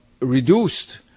reduced